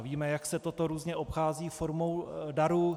Víme, jak se toto různě obchází formou darů.